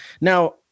Now